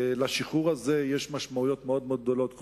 לשחרור הזה יש משמעויות מאוד-מאוד גדולות,